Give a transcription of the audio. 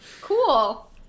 cool